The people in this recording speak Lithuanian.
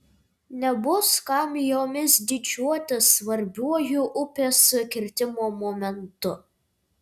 nebus kam jomis didžiuotis svarbiuoju upės kirtimo momentu